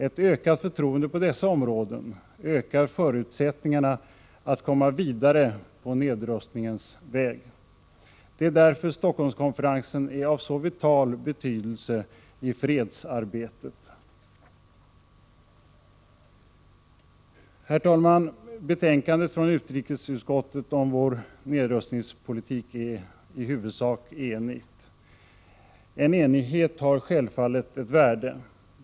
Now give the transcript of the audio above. Ett ökat förtroende på dessa områden ökar förutsättningarna att komma vidare på nedrustningens väg. Det är därför Stockholmskonferensen är av så vital betydelse i fredsarbetet. Herr talman! Betänkandet från utrikesutskottet om vår nedrustningspolitik är i huvudsak enigt. En enighet har självfallet ett värde.